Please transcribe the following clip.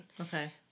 Okay